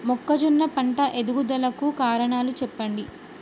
మొక్కజొన్న పంట ఎదుగుదల కు కారణాలు చెప్పండి?